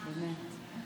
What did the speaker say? באמת.